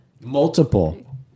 multiple